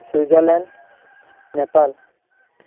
Switzerland Nepal